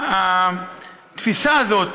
התפיסה הזאת,